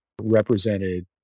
represented